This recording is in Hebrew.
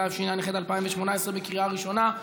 התשע"ח 2018, בקריאה ראשונה.